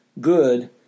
good